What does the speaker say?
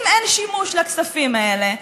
אם אין שימוש לכספים האלה,